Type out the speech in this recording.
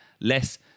less